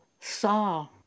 saw